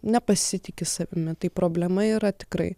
nepasitiki savimi tai problema yra tikrai